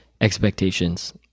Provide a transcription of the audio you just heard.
expectations